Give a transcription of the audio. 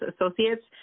associates